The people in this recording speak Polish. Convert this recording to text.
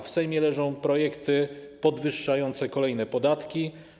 W Sejmie leżą projekty podwyższające kolejne podatki.